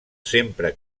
sempre